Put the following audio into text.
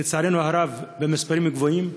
לצערנו הרב, במספרים גבוהים,